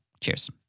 Cheers